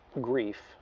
grief